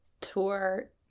tour